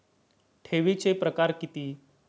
ठेवीचे प्रकार किती?